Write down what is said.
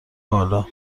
بالا